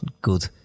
good